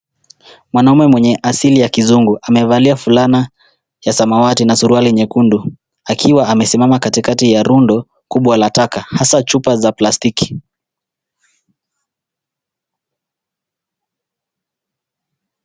Mwanaume mwenye asili ya kizungu amevalia fulana ya samawati na suruali nyekundu akiwa amesimama katikati ya rundo kubwa la taka hasa chupa za plastiki.